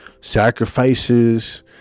sacrifices